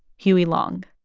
huey long